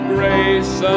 grace